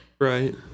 Right